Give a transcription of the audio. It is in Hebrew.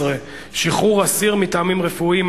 11) (שחרור אסיר מטעמים רפואיים),